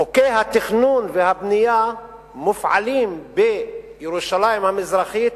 וחוקי התכנון והבנייה מופעלים בירושלים המזרחית